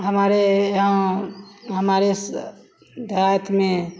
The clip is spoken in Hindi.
हमारे यहाँ हमारे इस देहात में